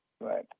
Right